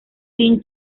teen